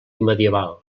medieval